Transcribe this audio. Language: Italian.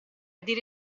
dire